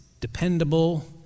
dependable